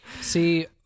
see